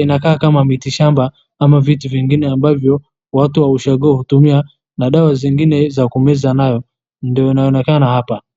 inakaa kama miti shamba ama vitu vingine ambavyo watu wa ushago hutumia na dawa zingine za kumeza nayo ndiyo inaonekana hapa.